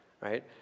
right